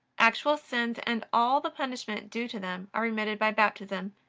actual sins and all the punishment due to them are remitted by baptism,